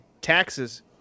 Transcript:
taxes